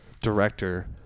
director